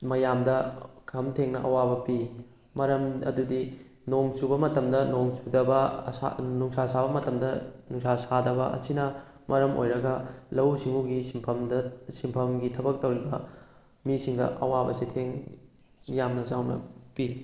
ꯃꯌꯥꯝꯗ ꯈꯝꯊꯦꯡꯅ ꯑꯋꯥꯕ ꯄꯤ ꯃꯔꯝ ꯑꯗꯨꯗꯤ ꯅꯣꯡꯆꯨꯕ ꯃꯇꯝꯗ ꯅꯣꯡ ꯆꯨꯗꯕ ꯅꯨꯡꯁꯥ ꯁꯥꯕ ꯃꯇꯝꯗ ꯅꯨꯡꯁꯥ ꯁꯥꯗꯕ ꯑꯁꯤꯅ ꯃꯔꯝ ꯑꯣꯏꯔꯒ ꯂꯧꯎ ꯁꯤꯡꯎꯒꯤ ꯁꯤꯟꯐꯝꯗ ꯁꯤꯟꯐꯝꯒꯤ ꯊꯕꯛ ꯇꯧꯔꯤꯕ ꯃꯤꯁꯤꯡꯗ ꯑꯋꯥꯕ ꯆꯩꯊꯦꯡ ꯌꯥꯝꯅ ꯆꯥꯎꯅ ꯄꯤ